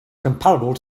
comparable